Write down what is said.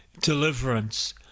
deliverance